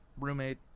roommate